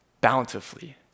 Bountifully